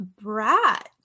brat